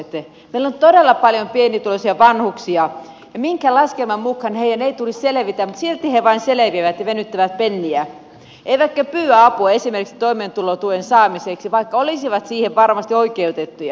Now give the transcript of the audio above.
meillä on todella paljon pienituloisia vanhuksia ja minkään laskelman mukaan heidän ei tulisi selvitä mutta silti he vain selviävät ja venyttävät penniä eivätkä pyydä apua esimerkiksi toimeentulotuen saamiseksi vaikka olisivat siihen varmasti oikeutettuja